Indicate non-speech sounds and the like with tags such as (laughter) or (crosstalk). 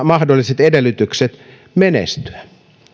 (unintelligible) mahdolliset edellytykset menestyä